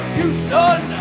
Houston